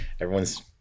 everyone's